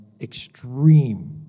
extreme